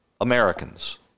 Americans